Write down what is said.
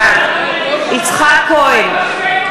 בעד יצחק כהן,